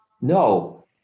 No